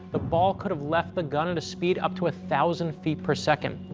the ball could have left the gun at a speed up to a thousand feet per second.